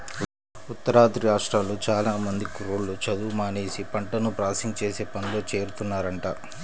ఉత్తరాది రాష్ట్రాల్లో చానా మంది కుర్రోళ్ళు చదువు మానేసి పంటను ప్రాసెసింగ్ చేసే పనిలో చేరుతున్నారంట